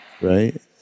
Right